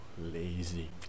lazy